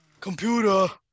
Computer